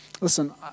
listen